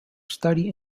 study